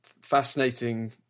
fascinating